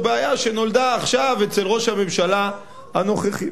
בעיה שנולדה עכשיו אצל ראש הממשלה הנוכחי.